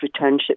returnship